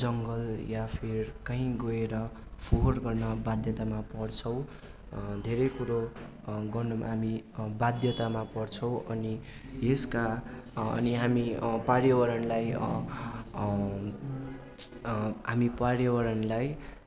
जङ्गल या फिर कहीँ गोएर फोहोर गर्न बाध्यतामा पर्छौँ धेरै कुरो गर्नु हामी बाध्यतामा पर्छौँ अनि यसका अनि हामी पार्यवरणलाई हामी पार्यवरणलाई